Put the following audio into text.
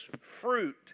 fruit